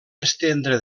estendre